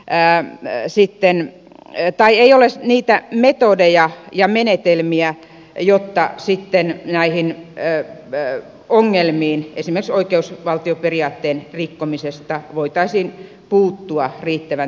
jää sitten ne tai ei ole enää niitä metodeja ja menetelmiä jotta näihin ongelmiin esimerkiksi oikeusvaltioperiaatteen rikkomisen kohdalla voitaisiin puuttua riittävän tehokkaasti